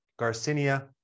Garcinia